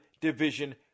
Division